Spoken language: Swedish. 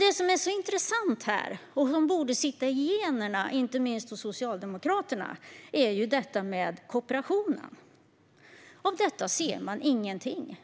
Det som är så intressant här och som borde sitta i generna, inte minst hos Socialdemokraterna, är kooperationen. Av detta ser man ingenting.